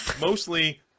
mostly